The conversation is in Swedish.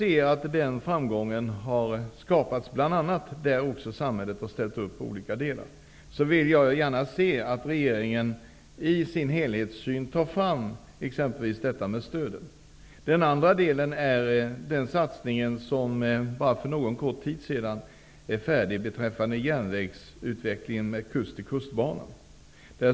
Eftersom man kan notera framgång bl.a. där samhället i olika delar har ställt upp, vill jag gärna se att regeringen i sin helhetssyn också tar fram exempelvis detta med stöden. Det andra området gäller det arbete på satsningar som för en kort sidan blev färdigt. Det gäller då järnvägsutvecklingen och Kust-till-kust-banan.